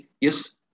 yes